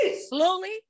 Slowly